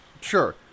Sure